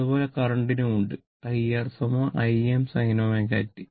അതുപോലെ കറന്റിനും ഉണ്ട് IR Im sin ω t